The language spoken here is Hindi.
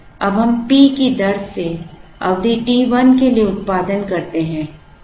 अब हम P की दर से अवधि t 1 के लिए उत्पादन करते हैं